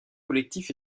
collectif